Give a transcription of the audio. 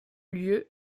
lieu